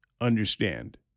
understand